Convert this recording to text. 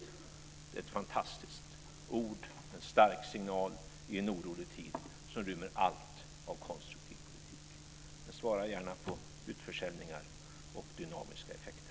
Det är ett fantastiskt ord, en stark signal i en orolig tid som rymmer allt av konstruktiv politik. Men svara gärna på frågan om utförsäljningar och dynamiska effekter.